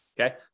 Okay